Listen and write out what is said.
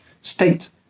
state